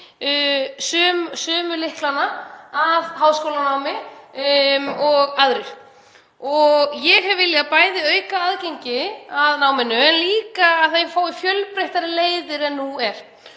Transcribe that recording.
sömu lyklana að háskólanámi og aðrir. Ég hef bæði viljað auka aðgengi að náminu en líka að þau fái fjölbreyttari leiðir en nú er.